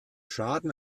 schaden